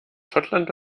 schottland